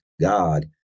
God